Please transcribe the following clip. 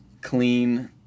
clean